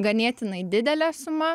ganėtinai didelė suma